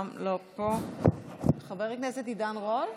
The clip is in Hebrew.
גם לא פה, חבר הכנסת עידן רול,